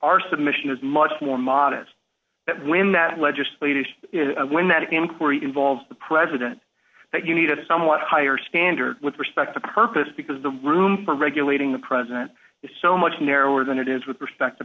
our submission is much more modest that when that legislative when that inquiry involves the president that you need a somewhat higher standard with respect to purpose because the room for regulating the president is so much narrower than it is with respect to